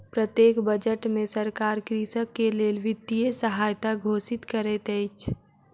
प्रत्येक बजट में सरकार कृषक के लेल वित्तीय सहायता घोषित करैत अछि